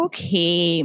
Okay